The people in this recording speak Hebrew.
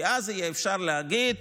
כי אז יהיה אפשר להגיד: